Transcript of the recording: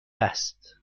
است